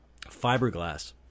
fiberglass